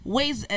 Ways